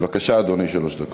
בבקשה, אדוני, שלוש דקות.